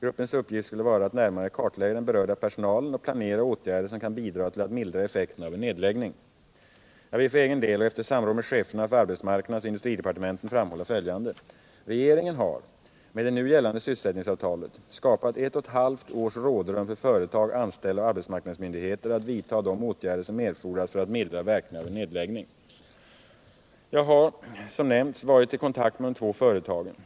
Gruppens uppgift skulle vara att närmare kartlägga den berörda personalen och planera åtgärder som kan bidra till att mildra effekterna av en nedläggning. Jag vill för egen del och efter samråd med cheferna för arbetsmarknadsoch industridepartementen framhålla följande. Regeringen har med det nu gällande sysselsättningsavtalet skapat ett och ett halvt års rådrum för företag, anställda och arbetsmarknadsmyndigheter att vidta de åtgärder som erfordras för att mildra verkningarna av en nedläggning. Jag har som nämnts varit i kontakt med de två företagen.